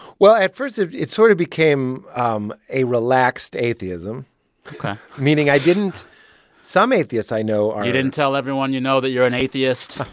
well, at first, it it sort of became um a relaxed atheism ok meaning i didn't some atheists i know are. you didn't tell everyone you know that you're an atheist.